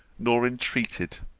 nor entreated.